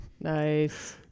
Nice